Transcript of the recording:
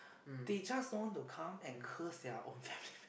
they just don't want to come and curse their own family lah